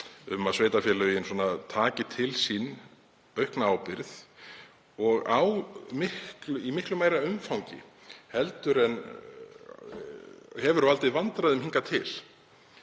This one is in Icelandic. um að sveitarfélögin taki til sín aukna ábyrgð og í miklu meira umfangi en þetta hefur valdið vandræðum hingað til.